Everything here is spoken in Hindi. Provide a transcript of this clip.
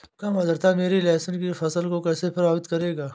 कम आर्द्रता मेरी लहसुन की फसल को कैसे प्रभावित करेगा?